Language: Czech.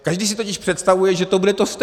Každý si totiž představuje, že to bude to stejné.